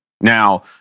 Now